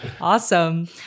Awesome